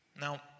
Now